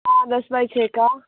हाँ दस बाई छः का